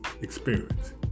experience